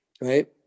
Right